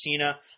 Cena